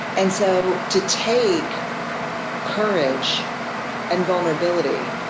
and so to take courage and vulnerability,